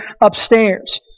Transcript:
upstairs